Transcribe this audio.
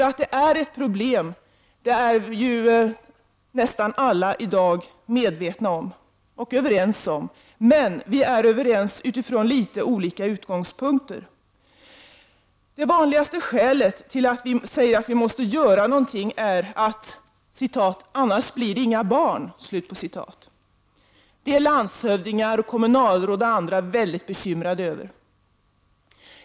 Att det är ett problem är vi nästan alla i dag medvetna om och överens om. Men vi är överens utifrån litet olika utgångspunkter. Det vanligaste skälet till att säga att vi måste göra någonting är att ”annars blir det inga barn”. Det är landshövdingar, kommunalråd och andra väldigt bekymrade över.